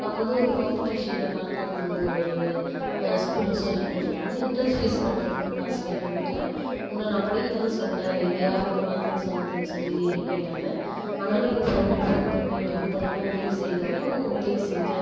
அப்போ வந்து ஒரு காம்பிடிஷனில் கலந்துகணுன்னு ஒரு ஸ்கூலில் சொல்லின்னு இருக்கும்போது என்டரன்ஸ் ஃபீஸ் கட்டுறத்துக்கு காசு கேட்டேன் வீட்டில் உன்ன நான் படிக்க தான சொன்னேன் இதை யாரு உன்னை கலந்துக்க சொன்னதுன்னு சொல்லி கேட்டாங்கள் ஆனாலும் என் ஃபிரண்ட்டுக்கு ஃபோன் பண்ணி ஒரு ஐம்பது ரூபாய் உதவி செய்யின்ன வோன்னே அவனும் உதவி செஞ்சான்